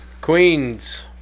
Queens